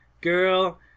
girl